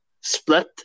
split